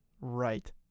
right